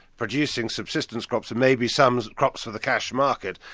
producing subsistence crops and maybe some crops for the cash market,